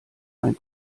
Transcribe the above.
ein